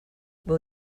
will